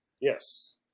Yes